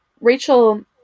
Rachel